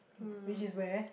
which is where